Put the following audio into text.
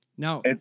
Now